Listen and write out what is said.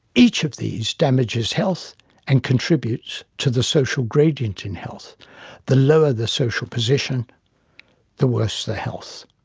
each of these damages health and contributes to the social gradient in health' the lower the social position the worse the health.